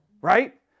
Right